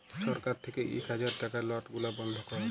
ছরকার থ্যাইকে ইক হাজার টাকার লট গুলা বল্ধ ক্যরে